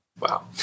Wow